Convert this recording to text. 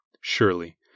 Surely